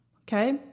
okay